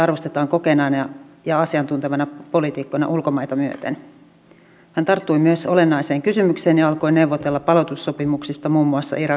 tässä salissa on nyt kuunneltu puoli vuotta tai vähän enemmänkin sitä kun vasemmisto oppositio hokee muun muassa sanaa pakkolaki